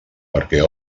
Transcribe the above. perquè